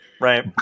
Right